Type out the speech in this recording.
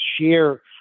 share